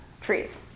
trees